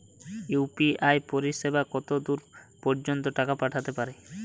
UPI পরিসেবা কতদূর পর্জন্ত টাকা পাঠাতে পারি?